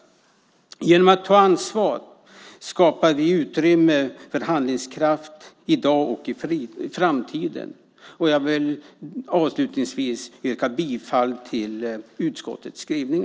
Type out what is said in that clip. Genom att ta ansvar skapar vi utrymme för handlingskraft i dag och i framtiden. Avslutningsvis yrkar jag bifall till utskottets förslag.